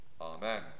Amen